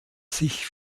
sich